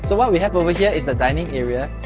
so what we have over here is the dining area,